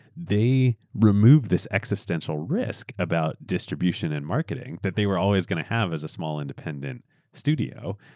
they remove this existential risk about distribution and marketing, that they were always going to have as a small independent studio.